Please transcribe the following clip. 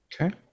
Okay